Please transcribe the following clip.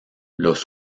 los